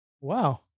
Wow